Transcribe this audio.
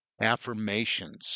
affirmations